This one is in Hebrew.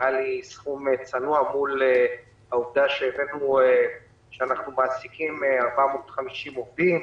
זה נראה לי סכום צנוע מול העובדה שאנחנו מעסיקים 450 עובדים,